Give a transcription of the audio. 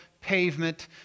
pavement